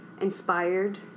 inspired